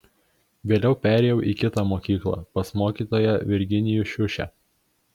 vėliau perėjau į kitą mokyklą pas mokytoją virginijų šiušę